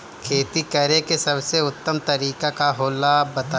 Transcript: खेती करे के सबसे उत्तम तरीका का होला बताई?